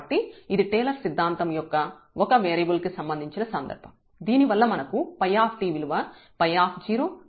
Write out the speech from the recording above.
కాబట్టి ఇది టేలర్ సిద్ధాంతం లో ఒక వేరియబుల్ కి సంబంధించిన సందర్భం దీనివల్ల మనకు 𝜙 విలువ 𝜙 t𝜙0